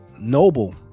Noble